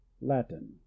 Latin